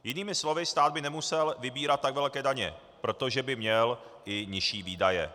Jinými slovy, stát by nemusel vybírat tak velké daně, protože by měl i nižší výdaje.